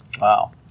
Wow